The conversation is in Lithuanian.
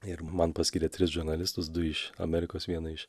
ir man paskyrė tris žurnalistus du iš amerikos vieną iš